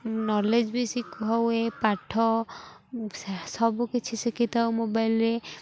knowledge ବି ଶିଖ ହୁଏ ପାଠ ସବୁକିଛି ଶିଖିଥାଉ ମୋବାଇଲ୍ରେ